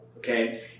Okay